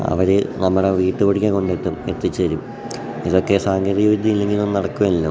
അവർ നമ്മുടെ വീട്ട് പടിക്കൽ കൊണ്ടെത്തും എത്തിച്ചേരും ഇതൊക്കെ സാങ്കേതികവിദ്യ ഇല്ലെങ്കിൽ ഇതൊന്നും നടക്കുമല്ലോ